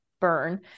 burn